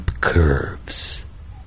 curves